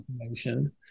information